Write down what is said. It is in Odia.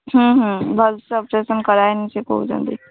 ଭଲସେ ଅପରେସନ୍ କରାହୋଇନି ସେ କହୁଛନ୍ତି